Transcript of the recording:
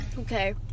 Okay